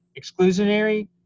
exclusionary